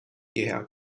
hierher